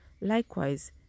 Likewise